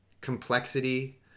complexity